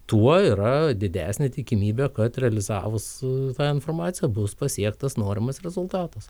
tuo yra didesnė tikimybė kad realizavus tą informaciją bus pasiektas norimas rezultatas